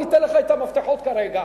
אני אתן לך את המפתחות כרגע,